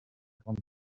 grande